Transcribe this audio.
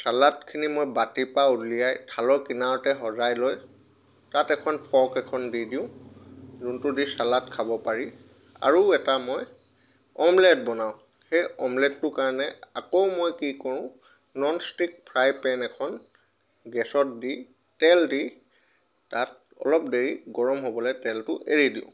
ছালাডখিনি মই বাতি পা উলিয়াই থাল কিনাৰতে সজাই লৈ তাত এখন ফৰ্ক খন দি দিওঁ যোনটো দি ছালাড খাব পাৰি আৰু এটা মই অমলেট বনাওঁ সেই অমলেটটোৰ কাণে আকৌ মই কি কৰো নন ষ্টিক ফ্ৰাই পেন এখন গেছত দি তেল দি তাত অলপ দেৰি গৰম হ'বলে তেলটো এৰি দিওঁ